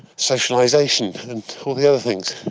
socialisation and all the other things.